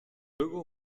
luego